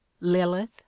Lilith